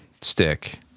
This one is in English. stick